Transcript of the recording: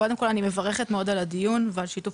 קודם כל אני מברכת מאוד על הדיון ועל שיתוף